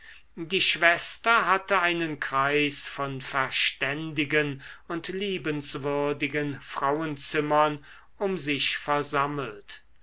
die schwester hatte einen kreis von verständigen und liebenswürdigen frauenzimmern um sich versammelt